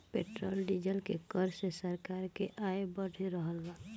petrol diesel के कर से सरकार के आय बढ़ रहल बा